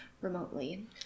Remotely